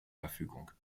verfügung